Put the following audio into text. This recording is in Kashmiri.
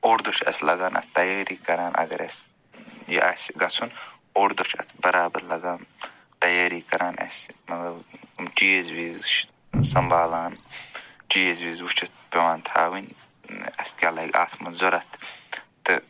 اوٚڈ دۄہ چھِ اَسہِ لگان اَتھ تیٲری کران اَگر أسۍ یہِ آسہِ گژھُن اوٚڈ دۄہ چھِ اَتھ برابر لگان تیٲری کران اَسہِ مطلب چیٖز ویٖز سَنٛبھالان چیٖز ویٖز وٕچِتھ پٮ۪وان تھَوٕنۍ اَسہِ کیٛاہ لَگہِ اَتھ منٛز ضوٚرَتھ تہٕ